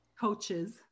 coaches